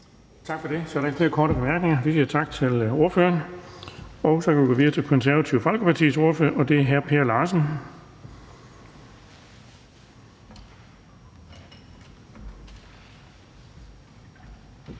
Tak for det. Så er der ikke flere korte bemærkninger. Vi siger tak til ordføreren, og så går vi videre til Det Konservative Folkepartis ordfører, og det er hr. Per Larsen. Kl.